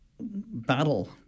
battle